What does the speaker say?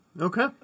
Okay